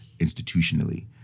institutionally